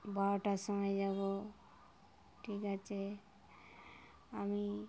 বারোটার সময় যাব ঠিক আছে আমি